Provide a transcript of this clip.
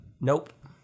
Nope